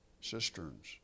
cisterns